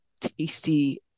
tasty